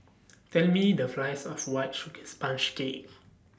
Tell Me The Price of White Sugar Sponge Cake